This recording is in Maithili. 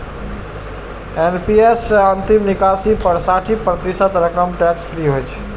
एन.पी.एस सं अंतिम निकासी पर साठि प्रतिशत रकम टैक्स फ्री होइ छै